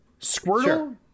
Squirtle